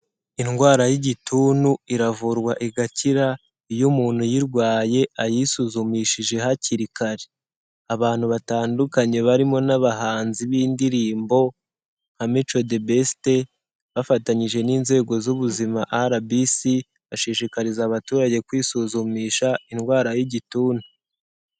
Indwara y'igituntu iravurwa igakira iyo umuntu uyirwaye ayisuzumishije hakiri kare, abantu batandukanye barimo n'abahanzi b'indirimbo nka Mico The Best bafatanyije n'inzego z'ubuzima RBC, bashishikariza abaturage kwisuzumisha indwara y'Igituntu.